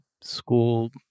school